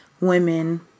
women